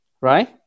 Right